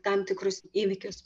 tam tikrus įvykius